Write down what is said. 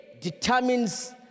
determines